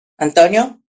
Antonio